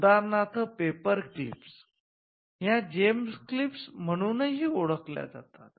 उदाहरणार्थ पेपरक्लिप्स म्हणूनही ओळखल्या जातात